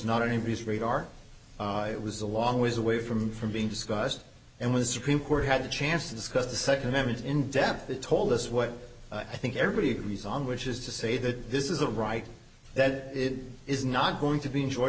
on anybody's radar it was a long ways away from from being discussed and when the supreme court had a chance to discuss the second amendment in depth they told us what i think everybody agrees on which is to say that this is a right that it is not going to be enjoy